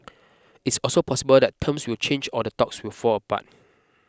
it's also possible that terms will change or the talks will fall apart